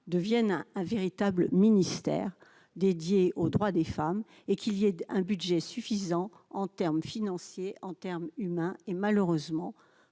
devienne un véritable ministère dédié aux droits des femmes et qu'il y a un budget suffisant en termes financiers en termes humains et malheureusement,